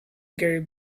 gary